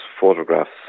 photographs